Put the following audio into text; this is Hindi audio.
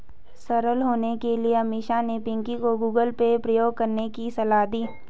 सरल होने के कारण अमीषा ने पिंकी को गूगल पे प्रयोग करने की सलाह दी